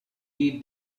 read